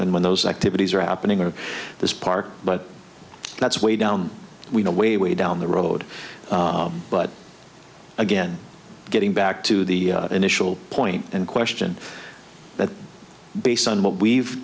and when those activities are happening in this park but that's way down we know way way down the road but again getting back to the initial point and question that based on what we've